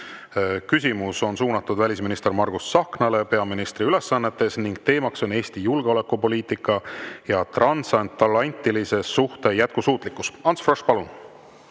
Küsimus on suunatud välisminister Margus Tsahknale peaministri ülesannetes ning teemaks on Eesti julgeolekupoliitika ja transatlantilise suhte jätkusuutlikkus. Ants Frosch, palun!